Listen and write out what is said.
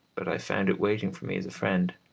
but i found it waiting for me as a friend.